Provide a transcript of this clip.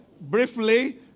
briefly